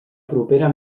propera